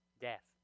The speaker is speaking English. death